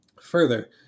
Further